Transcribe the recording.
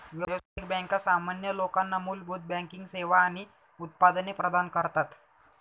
व्यावसायिक बँका सामान्य लोकांना मूलभूत बँकिंग सेवा आणि उत्पादने प्रदान करतात